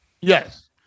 Yes